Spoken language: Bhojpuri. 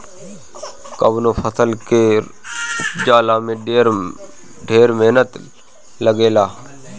कवनो फसल के उपजला में ढेर मेहनत लागेला